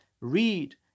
Read